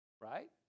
Right